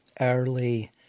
early